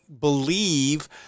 believe